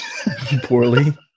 Poorly